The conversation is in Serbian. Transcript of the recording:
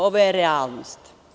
Ovo je realnost.